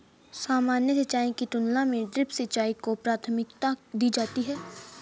सामान्य सिंचाई की तुलना में ड्रिप सिंचाई को प्राथमिकता दी जाती है